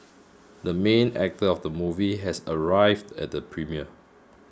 the main actor of the movie has arrived at the premiere